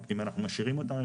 אם אנחנו משאירים אותם,